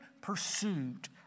pursuit